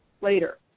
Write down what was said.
later